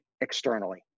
externally